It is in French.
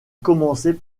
commencer